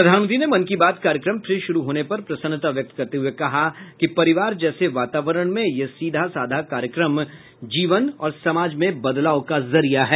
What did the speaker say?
प्रधानमंत्री ने मन की बात कार्यक्रम फिर शुरू होने पर प्रसन्नता व्यक्त करते हुए कहा कि परिवार जैसे वातावरण में यह सीधा सादा कार्यक्रम जीवन और समाज में बदलाव का जरिया है